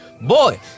boy